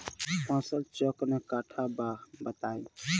फसल चक्रण कट्ठा बा बताई?